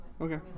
Okay